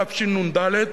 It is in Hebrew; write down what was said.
תשנ"ד,